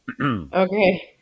Okay